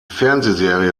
fernsehserie